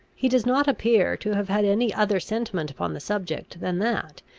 he does not appear to have had any other sentiment upon the subject, than that,